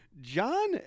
John